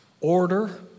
order